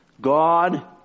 God